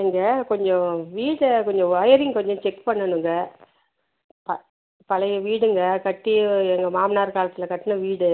எங்கள் கொஞ்சம் வீடை கொஞ்சம் வொயரிங் கொஞ்சம் செக் பண்ணணுங்க பழைய வீடுங்க கட்டி எங்கள் மாமனார் காலத்தில் கட்டின வீடு